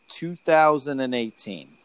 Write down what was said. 2018